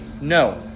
No